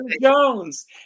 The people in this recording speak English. Jones